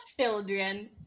Children